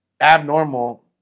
abnormal